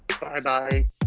Bye-bye